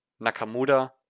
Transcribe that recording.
Nakamura